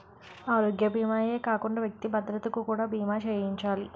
ఆరోగ్య భీమా ఏ కాకుండా వ్యక్తి భద్రత కొరకు కూడా బీమా చేయించాలి